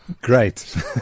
Great